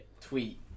Tweet